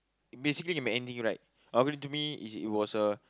basically can be anything right according to me it was a